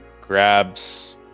grabs